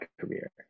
career